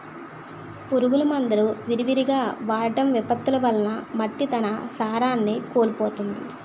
పురుగు మందులు విరివిగా వాడటం, విపత్తులు వలన మట్టి తన సారాన్ని కోల్పోతుంది